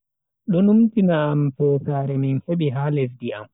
Do numtina am fesaare min hebi ha lesdi am.